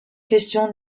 question